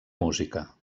música